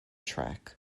track